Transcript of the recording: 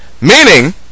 meaning